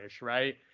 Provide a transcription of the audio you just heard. right